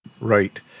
Right